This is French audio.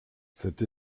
cette